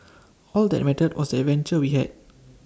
all that mattered was adventure we had